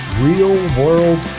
real-world